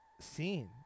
scene